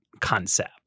concept